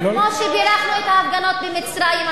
כמו שבירכנו את ההפגנות במצרים.